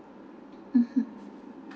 mmhmm